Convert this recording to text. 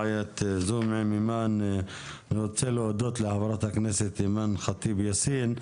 אני רוצה להודות לחברת הכנסת אימאן ח'טיב יאסין.